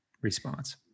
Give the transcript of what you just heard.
response